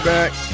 back